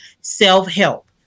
self-help